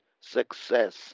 success